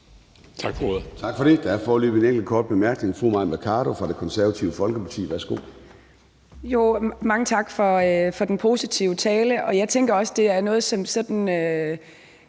Tak for det. Der er foreløbig en enkelt kort bemærkning. Fru Mai Mercado fra Det Konservative Folkeparti, værsgo. Kl. 13:00 Mai Mercado (KF): Mange tak for den positive tale. Jeg tænker også, at det her er noget, som sådan